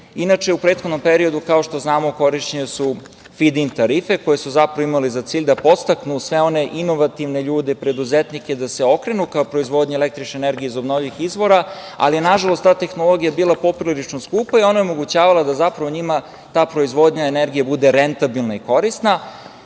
u prethodnom periodu, kao što znamo, korišćene su fid-in tarife, koje su zapravo imale za cilj da podstaknu sve one inovativne ljude, preduzetnike da se okrenu ka proizvodnji električne energije iz obnovljivih izvora, ali nažalost ta tehnologija je bila poprilično skupa i ona je omogućavala da zapravo njima ta proizvodnja energije bude rentabilna i